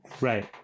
right